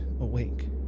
awake